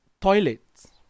toilets